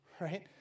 Right